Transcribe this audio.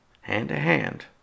hand-to-hand